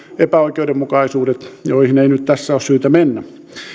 epäoikeudenmukaisuudet joihin ei nyt tässä ole syytä mennä